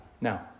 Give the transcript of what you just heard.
now